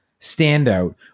standout